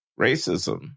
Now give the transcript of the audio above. racism